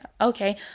okay